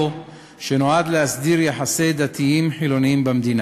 שנועד להסדיר יחסי דתיים חילונים במדינה.